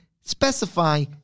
specify